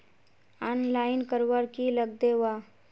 Online करवार की लगते वा?